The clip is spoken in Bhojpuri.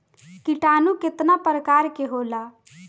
किटानु केतना प्रकार के होला?